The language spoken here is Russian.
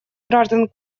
граждан